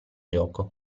gioco